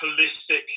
holistic